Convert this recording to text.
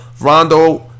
Rondo